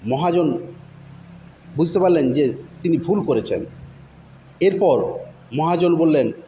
মহাজন বুঝতে পারলেন যে তিনি ভুল করেছেন এরপর মহাজন বললেন